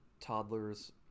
toddlers